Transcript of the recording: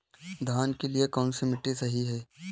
धान के लिए कौन सी मिट्टी सही है?